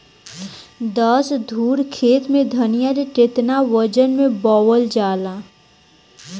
दस धुर खेत में धनिया के केतना वजन मे बोवल जाला?